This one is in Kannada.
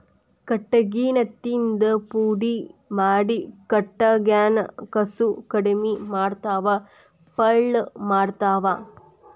ಕಟಗಿನ ತಿಂದ ಪುಡಿ ಮಾಡಿ ಕಟಗ್ಯಾನ ಕಸುವ ಕಡಮಿ ಮಾಡತಾವ ಪಳ್ಳ ಮಾಡತಾವ